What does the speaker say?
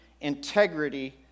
integrity